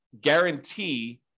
guarantee